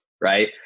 right